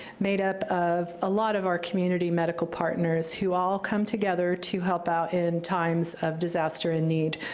made up of a lot of our community medical partners, who all come together to help out in times of disaster and need,